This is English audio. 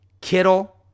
Kittle